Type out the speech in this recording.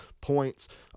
points